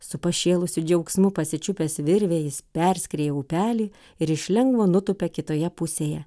su pašėlusiu džiaugsmu pasičiupęs virvę jis perskrieja upelį ir iš lengvo nutupia kitoje pusėje